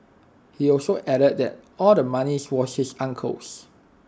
he also added that all the money was his uncle's